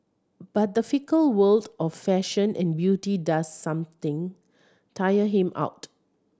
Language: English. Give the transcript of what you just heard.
but the fickle world of fashion and beauty does something tire him out